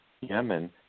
Yemen